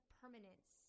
permanence